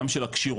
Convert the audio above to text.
גם של הכשירויות,